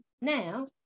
now